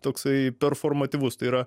toksai performativus tai yra